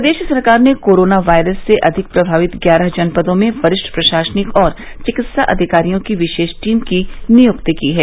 प्रदेश सरकार ने corona virus से अधिक प्रभावित ग्यारह जनपदों में वरिष्ठ प्रशासनिक और चिकित्सा अधिकारियों की विशेष टीम की नियुक्ति की है